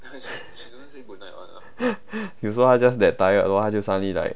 有时候她 just get tired lor then suddenly like